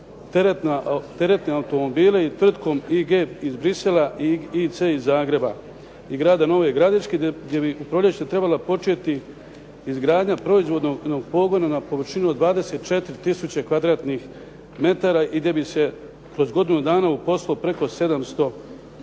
teretne automobile i tvrtkom “IG“ iz Bruxellesa i “IC“ iz Zagreba i grada Nove Gradiške gdje bi u proljeće trebala početi izgradnja proizvodnog pogona na površini od 24000 kvadratnih metara i gdje bi se kroz godinu dana uposlilo preko 700